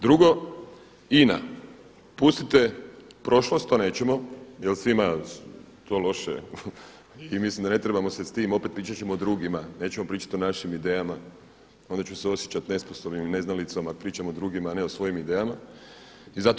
Drugo INA, pustite prošlost to nećemo jel svima to loše i mislim da ne trebamo se s tim opet, pričat ćemo o drugima, nećemo pričati o našim idejama onda ću se osjećati nesposobnim i neznalicom, a pričam o drugim a ne o svojim idejama i zato